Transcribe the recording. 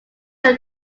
are